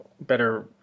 better